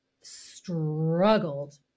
struggled